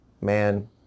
man